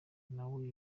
nawe